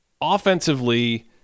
offensively